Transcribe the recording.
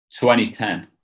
2010